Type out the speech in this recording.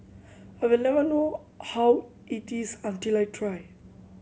I'll never know how it is until I try